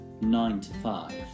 nine-to-five